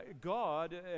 God